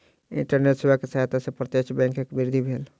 internet सेवा के सहायता से प्रत्यक्ष बैंकक वृद्धि भेल